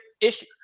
issue